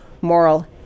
moral